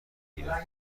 گیرم